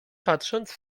patrząc